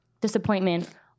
disappointment